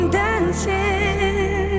dancing